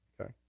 Okay